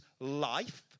life